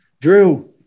Drew